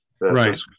Right